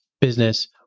business